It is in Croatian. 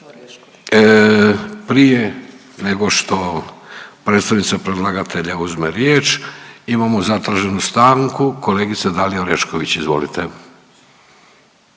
Prije nego što predstavnica predlagatelja uzme riječ imamo zatraženu stanku kolegica Dalija Orešković. Izvolite.